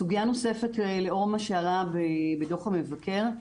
סוגיה נוספת, לאור מה שעלה בדוח המבקר,